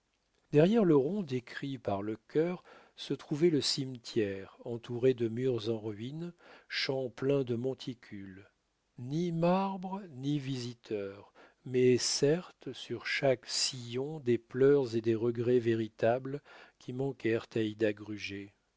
derrière le rond décrit par le chœur se trouvait le cimetière entouré de murs en ruines champ plein de monticules ni marbres ni visiteurs mais certes sur chaque sillon des pleurs et des regrets véritables qui manquèrent à